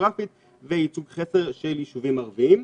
גיאוגרפית וייצוג חסר של ישובים ערביים.